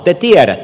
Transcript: te tiedätte